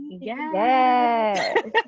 Yes